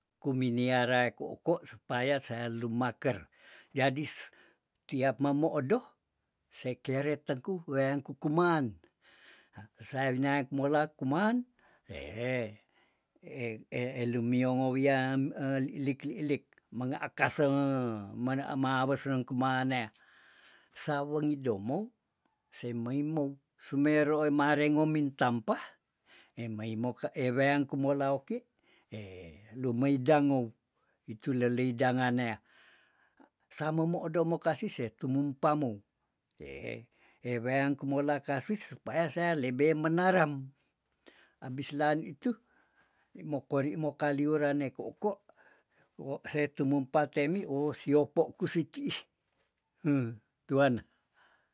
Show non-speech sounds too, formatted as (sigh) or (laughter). Kumi niaraek ko'ko' supaya sea lumaker jadis tiap mameodo sekeret tengku weang kukumaan ha esaya winayak molak kuman hee e- e- elumiongo wiam (hesitation) li likili ilik menga akase mena ema wese lengkuma nea sawo ngidomou se meimou sumero emaro ngomin tampa emaimo ka eweyan kumela oki eh lumeidangou itu leleidangan nea same moodo mekasi se tumumpa mou ye eweyan kumola kasis supaya sea lebe menaram abis laan itu ni mokori mokaliuran ne ko'ko' suo se tumumpa temi wo si opo ku sitii hu tuana